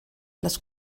les